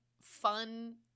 fun